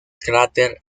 cráter